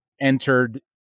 entered